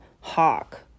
hawk